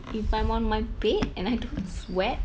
if I'm on my bed and I don't sweat